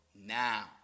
now